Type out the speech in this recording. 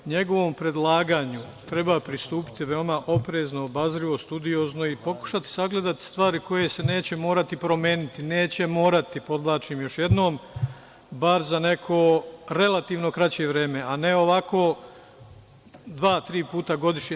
Njegovom predlaganju treba pristupiti veoma oprezno, obazrivo, studiozno i pokušati sagledati stvari koje se neće morati promeniti, neće morati, podvlačim još jednom, bar za neko relativno kraće vreme, a ne ovako dva, tri puta godišnje.